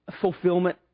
fulfillment